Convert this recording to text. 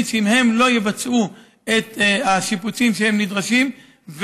שאם הם לא יבצעו את השיפוצים שהם נדרשים,